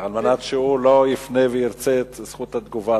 על מנת שהוא לא יפנה וירצה את זכות התגובה,